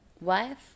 wife